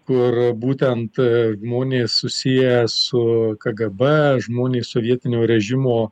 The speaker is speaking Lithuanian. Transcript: kur būtent monės susiję su kgb žmonės sovietinio režimo